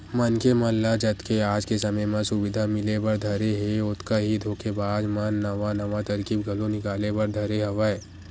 मनखे मन ल जतके आज के समे म सुबिधा मिले बर धरे हे ओतका ही धोखेबाज मन नवा नवा तरकीब घलो निकाले बर धरे हवय